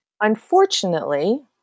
unfortunately